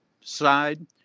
side